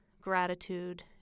gratitude